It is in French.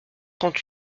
trente